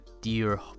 dear